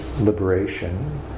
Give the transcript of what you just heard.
liberation